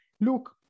look